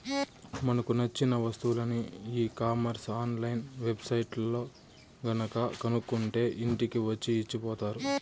మనకు నచ్చిన వస్తువులని e commerce online web సైట్లల్లో గనక కొనుక్కుంటే ఇంటికి వచ్చి ఇచ్చిపోతారు